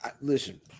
Listen